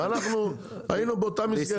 ואנחנו היינו באותה מסגרת.